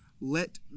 Let